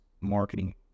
marketing